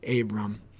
Abram